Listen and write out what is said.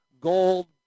gold